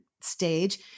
stage